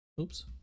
Oops